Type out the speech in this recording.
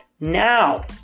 now